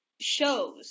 shows